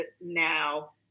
now